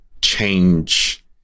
change